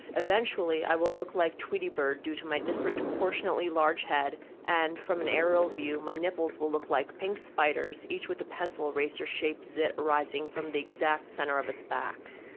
eventually, i will look like tweety bird due to my disproportionately large head and from an aerial view, my nipples will look like pink spiders, each with a pencil eraser shaped zit rising from the exact center of its back.